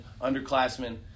underclassmen